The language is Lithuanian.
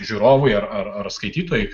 žiūrovui ar ar skaitytojui